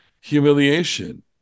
humiliation